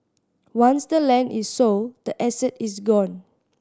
once the land is sold the asset is gone